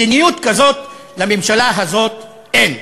מדיניות כזאת, לממשלה הזאת, אין.